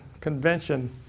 Convention